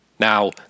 Now